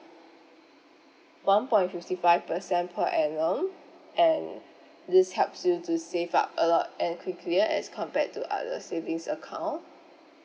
one point fifty five percent per annum and this helps you to save up a lot and quicklier as compared to other savings account